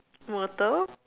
water